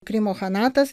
krymo chanatas